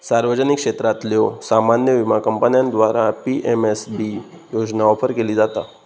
सार्वजनिक क्षेत्रातल्यो सामान्य विमा कंपन्यांद्वारा पी.एम.एस.बी योजना ऑफर केली जाता